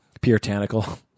puritanical